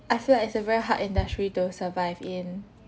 I feel like it's a very hard industry to survive in